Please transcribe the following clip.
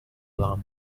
llama